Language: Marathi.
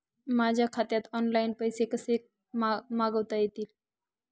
माझ्या खात्यात ऑनलाइन पैसे कसे मागवता येतील?